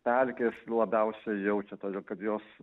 pelkės labiausiai jaučia todėl kad jos